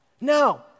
No